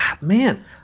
man